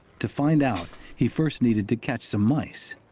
to find out he first needed to catch some mice.